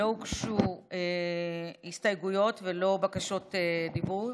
לא הוגשו הסתייגויות ולא בקשות דיבור,